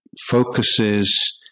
focuses